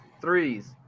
threes